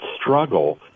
struggle